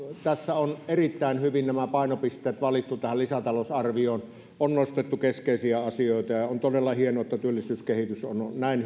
on erittäin hyvin nämä painopisteet valittu lisätalousarvioon on nostettu keskeisiä asioita ja ja on todella hienoa että työllisyyskehitys on näin